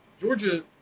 Georgia